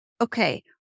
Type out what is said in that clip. Okay